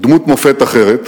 שדמות מופת אחרת,